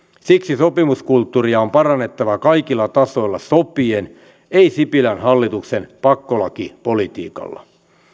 siksi sopimuskulttuuria on parannettava kaikilla tasoilla sopien ei sipilän hallituksen pakkolakipolitiikalla